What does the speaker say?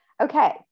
Okay